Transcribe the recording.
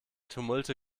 tumulte